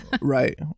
Right